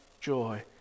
joy